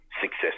success